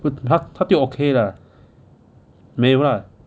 他他对我 okay lah 没有啦